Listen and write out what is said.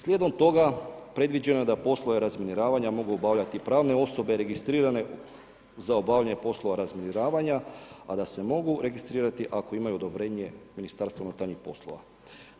Slijedom toga previđeno je da poslove razminiravanja mogu obavljati pravne osobe registrirane za obavljanje poslova razminiravanja a da se mogu registrirati ako imaju odobrenje MUP-a.